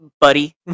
buddy